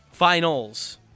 Finals